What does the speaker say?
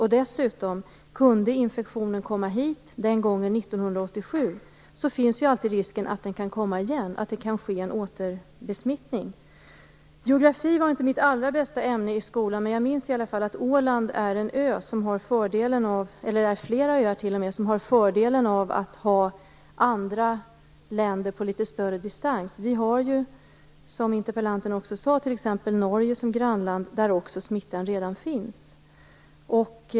Och kunde infektionen komma hit den gången, 1987, finns ju dessutom alltid risken att den kan komma igen, att det kan ske en återbesmittning. Geografi var inte mitt allra bästa ämne i skolan, men jag minns i alla fall att Åland är en ö, t.o.m. flera öar, som har fördelen av att ha andra länder på litet större distans. Vi har ju, som interpellanten också sade, t.ex. Norge som grannland, där också smittan redan finns.